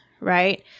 right